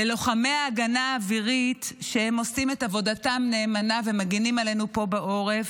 ללוחמי ההגנה האווירית שעושים את עבודתם נאמנה ומגנים עלינו פה בעורף,